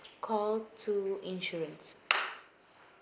call two insurance